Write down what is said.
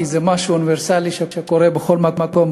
כי זה משהו אוניברסלי שקורה בכל מקום,